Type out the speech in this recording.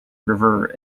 river